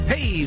Hey